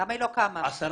למה היא לא קמה לדעתך?